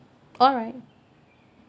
alright